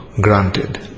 granted